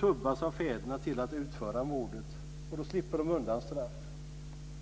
tubbas av fäderna till att utföra mordet. Då slipper de undan straff.